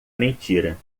mentira